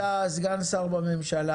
אתה סגן שר בממשלה,